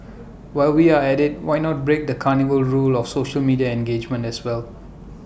while we are at IT why not break the cardinal rule of social media engagement as well